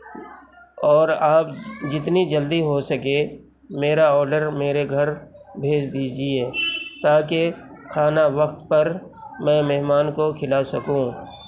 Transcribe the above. اور آپ جتنی جلدی ہو سکے میرا آڈر میرے گھر بھیج دیجیے تاکہ کھانا وقت پر میں مہمان کو کھلا سکوں